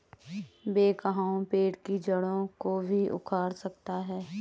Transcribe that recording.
backhoe पेड़ की जड़ों को भी उखाड़ सकता है